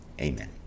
amen